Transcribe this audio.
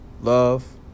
Love